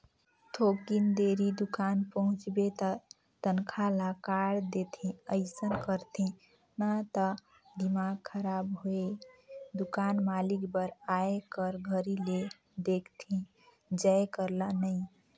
थोकिन देरी दुकान पहुंचबे त तनखा ल काट देथे अइसन करथे न त दिमाक खराब होय दुकान मालिक बर आए कर घरी ले देखथे जाये कर ल नइ